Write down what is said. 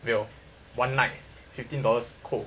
没有 one night fifteen dollars 扣